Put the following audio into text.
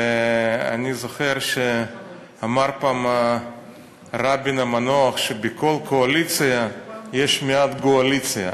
אני זוכר שאמר פעם רבין המנוח שבכל קואליציה יש מעט גועליציה.